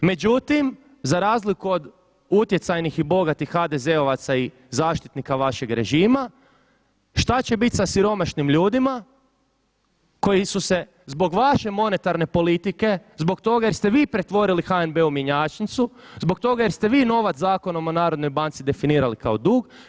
Međutim, za razliku od utjecajnih i bogatih HDZ-ovaca i zaštitnika vašeg režima šta će bit sa siromašnim ljudima koji su se zbog vaše monetarne politike, zbog toga jer ste vi pretvorili HNB u mjenjačnicu, zbog toga jer ste vi novac Zakonom o Narodnoj banci definirali kao dug.